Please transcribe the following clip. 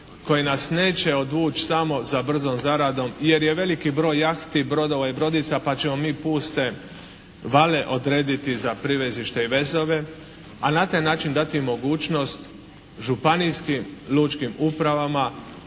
koji nas neće odvući tamo za brzom zaradom jer je veliki broj jahti, brodova i brodica pa ćemo mi puste vale odrediti za privezište i vezove. A na taj način dati mogućnost županijskim lučkim upravama